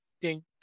Ding